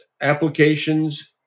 applications